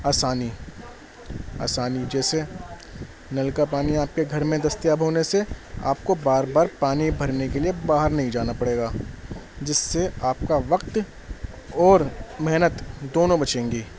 آسانی آسانی جیسے نل کا پانی آپ کے گھر میں دستیاب ہونے سے آپ کو بار بار پانی بھرنے کے لیے باہر نہیں جانا پڑے گا جس سے آپ کا وقت اور محنت دونوں بچیں گی